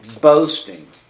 boasting